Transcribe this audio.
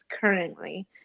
currently